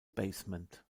basement